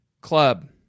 Club